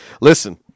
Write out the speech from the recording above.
listen